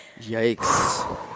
Yikes